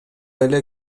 эле